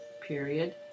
period